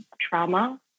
trauma